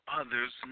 others